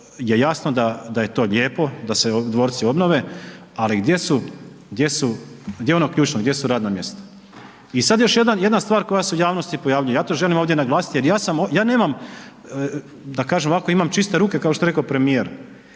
je jasno da je to lijepo, da se dvorci obnove, ali gdje su, gdje su, gdje je ono ključno gdje su radna mjesta? I sad još jedna stvar koja se u javnosti pojavljuje, ja to želim ovdje naglasiti, jer ja sam, ja nemam, da kažem ovako imam čiste ruke kao što je rekao premijer,